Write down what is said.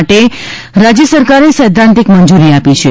માટે રાજ્ય સરકારે સૈધ્ધાંતિક મંજુરી આપી છે